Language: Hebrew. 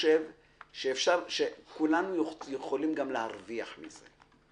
כולם יכולים גם להרוויח מזה.